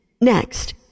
Next